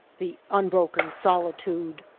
the un broken solitude.